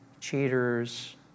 Cheaters